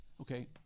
Okay